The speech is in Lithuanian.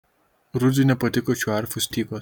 rudziui nepatiko šių arfų stygos